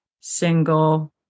single